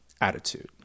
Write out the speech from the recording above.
attitude